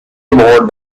more